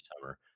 summer